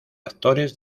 actores